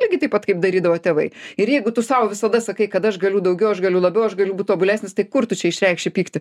lygiai taip pat kaip darydavo tėvai ir jeigu tu sau visada sakai kad aš galiu daugiau aš galiu labiau aš galiu būt tobulesnis tai kur tu čia išreikši pyktį